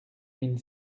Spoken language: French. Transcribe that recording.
mille